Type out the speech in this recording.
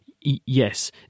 yes